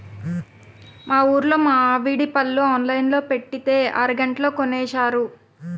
మా ఊరులో మావిడి పళ్ళు ఆన్లైన్ లో పెట్టితే అరగంటలో కొనేశారు